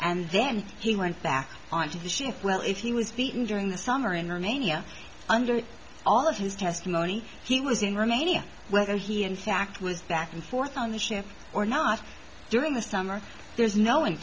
and then he went back on to the ship well if he was beaten during the summer in armenia under all of his testimony he was in romania whether he in fact was back and forth on the ship or not during the summer there's no in